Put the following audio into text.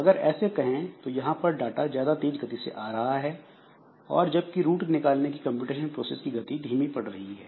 अगर ऐसे कहें तो यहां पर डाटा ज्यादा तेज गति से आ रहा है और जबकि रुट निकालने की कंप्यूटेशन प्रोसेस की गति धीमी पड़ रही है